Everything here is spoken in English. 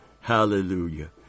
Hallelujah